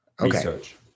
Research